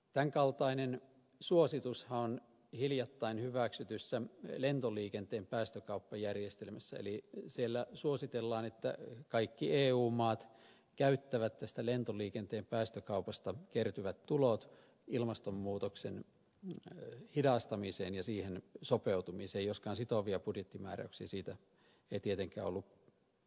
tämän kaltainen suositushan on hiljattain hyväksytyssä lentoliikenteen päästökauppajärjestelmässä eli siellä suositellaan että kaikki eu maat käyttävät tästä lentoliikenteen päästökaupasta kertyvät tulot ilmastonmuutoksen hidastamiseen ja siihen sopeutumiseen joskaan sitovia budjettimääräyksiä siitä ei tietenkään ollut mahdollista kirjata